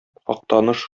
актаныш